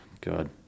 god